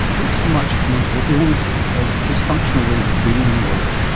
not so much mental illnesses as dysfunctional ways of being in the world,